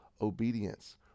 obedience